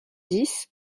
dix